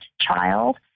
child